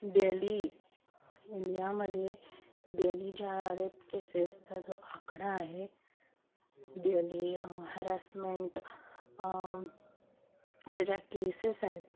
daily इंडियामध्ये daily ज्या rape केसेसचा जो आकडा आहे डेली हरॅस्मेंट च्या ज्या केसेस आहेत